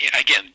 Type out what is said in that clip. again